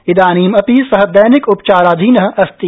इदनीमपि सः दैनिक उपचाराधीन अस्ति